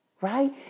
Right